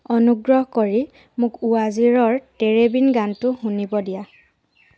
অনুগ্ৰহ কৰি মোক ৱাজীৰৰ তেৰে বিন গানটো শুনিব দিয়া